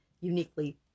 uniquely